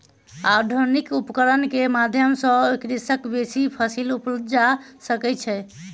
आधुनिक उपकरण के माध्यम सॅ कृषक बेसी फसील उपजा सकै छै